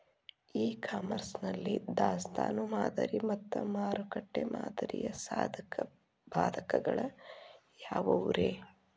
E commerce ನಲ್ಲಿ ದಾಸ್ತಾನು ಮಾದರಿ ಮತ್ತ ಮಾರುಕಟ್ಟೆ ಮಾದರಿಯ ಸಾಧಕ ಬಾಧಕಗಳ ಯಾವವುರೇ?